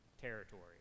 territory